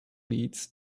leads